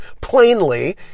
plainly